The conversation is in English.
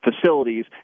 facilities